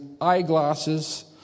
eyeglasses